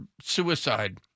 suicide